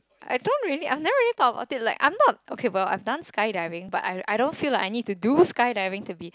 I don't really I never really talk about it like I'm not okay while I have done skydiving but I I don't feel like I need to do skydiving to be